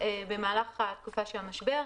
במהלך התקופה של המשבר,